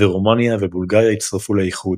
ורומניה ובולגריה הצטרפו לאיחוד.